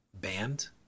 band